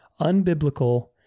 unbiblical